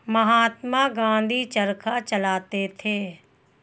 महात्मा गांधी चरखा चलाते थे